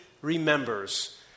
remembers